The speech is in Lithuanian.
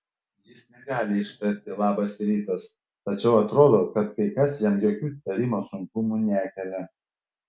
jis negali ištarti labas rytas tačiau atrodo kad kai kas jam jokių tarimo sunkumų nekelia